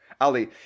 Ali